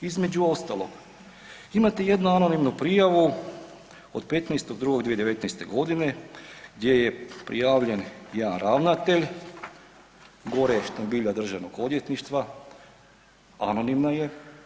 Između ostalog, imate jednu anonimnu prijavu od 15.2.2019. godine gdje je prijavljen jedan ravnatelj, gore je štambilja Državnog odvjetništva, anonimna je.